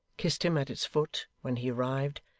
kissed him at its foot when he arrived,